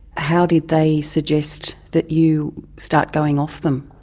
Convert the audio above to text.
how did they suggest that you start going off them?